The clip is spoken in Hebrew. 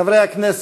חברי הכנסת,